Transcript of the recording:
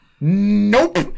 nope